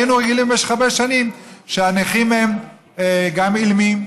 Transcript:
היינו רגילים במשך הרבה שנים שהנכים הם גם אילמים,